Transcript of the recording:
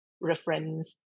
reference